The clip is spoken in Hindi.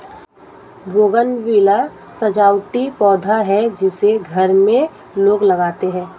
बोगनविला सजावटी पौधा है जिसे घर में लोग लगाते हैं